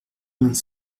vingt